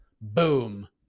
Boom